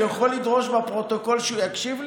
אני יכול לדרוש בפרוטוקול שהוא יקשיב לי?